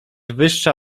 wyższa